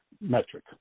metric